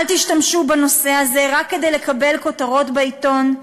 אל תשתמשו בנושא הזה רק כדי לקבל כותרות בעיתון,